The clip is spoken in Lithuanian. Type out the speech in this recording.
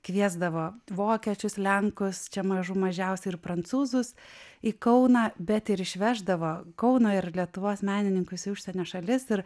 kviesdavo vokiečius lenkus čia mažų mažiausiai ir prancūzus į kauną bet ir išveždavo kauno ir lietuvos menininkus į užsienio šalis ir